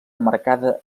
emmarcada